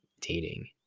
dating